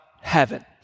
heaven